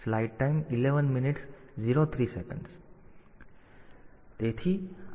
તેથી તે કરી શકાય છે